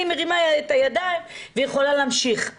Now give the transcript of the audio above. אני מרימה את הידיים ויכולה להמשיך.